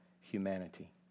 humanity